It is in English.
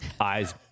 eyes